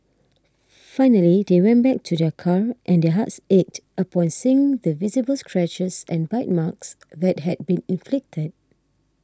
finally they went back to their car and their hearts ached upon seeing the visible scratches and bite marks that had been inflicted